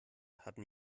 hatten